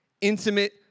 intimate